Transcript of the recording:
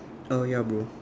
uh ya bro